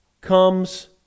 comes